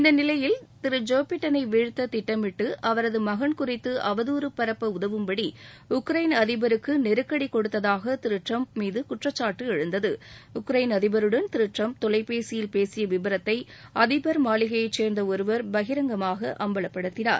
இந்ந நிலையில் திரு ஜோ பிடனை வீழ்த்த திட்டமிட்டுஅவரது மகன் குறித்து அவதாறு பரப்ப உதவும்படி உக்ரைன் அதிபருக்கு விளாடியிர் நெருக்கடி கொடுத்ததாக திரு டிரம்ப் மீது குற்றக்காட்டு உக்ரைன் அதிபருடன் டிரம்ப் தொலைபேசியில் பேசிய விபரத்தை அதிபர் மாளிகையைச் எழுந்தது சேர்ந்த ஒருவர் பகிரங்கமாக அம்பலப்படுத்தினார்